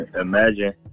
Imagine